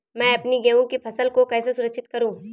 मैं अपनी गेहूँ की फसल को कैसे सुरक्षित करूँ?